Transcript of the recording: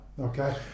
Okay